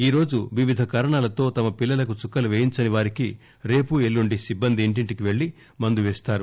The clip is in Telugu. ఈరోజు వివిధ కారణాలతో తమ పిల్లలకు చుక్కలు పేయించని వారికి రేపు ఎల్లుండి సిబ్బంది ఇంటింటికి పెల్లి మందు పేస్తారు